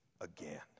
again